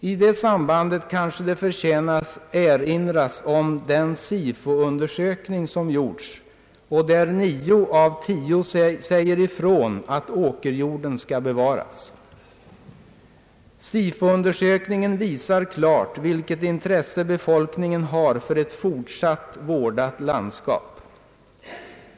I detta sammanhang kanske man bör erinra om den SIFO-undersökning som gjorts och enligt vilken nio av tio säger ifrån att åkerjorden skall bevaras. SIFO-undersökningen visar klart vilket intresse befolkningen har för ett fortsatt vårdat landskap.